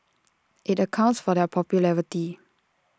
IT accounts for their popularity